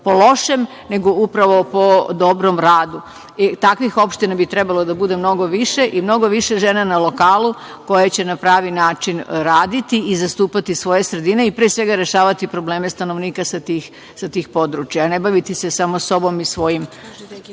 po lošem, nego upravo po dobrom radu. Takvih opština bi trebalo da bude mnogo više i mnogo više žena na lokalnu koje će na pravi način raditi i zastupati svoje sredine i pre svega rešavati probleme stanovnika sa tih područja, a ne baviti se samo sobom. Zato